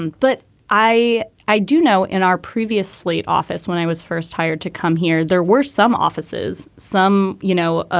and but i i do know in our previous slate office, when i was first hired to come here, there were some offices, some, you know, ah